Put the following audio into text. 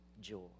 Joy